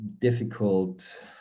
difficult